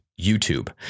YouTube